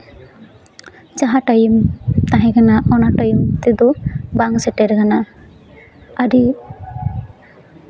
ᱡᱟᱦᱟᱸ ᱴᱟᱭᱤᱢ ᱛᱟᱦᱮᱸ ᱠᱟᱱᱟ ᱚᱱᱟ ᱴᱟᱭᱤᱢ ᱚᱱᱟ ᱴᱟᱭᱤᱢ ᱛᱮᱫᱚ ᱵᱟᱝ ᱥᱮᱴᱮᱨ ᱞᱮᱱᱟ ᱟᱹᱰᱤ